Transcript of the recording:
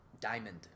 diamond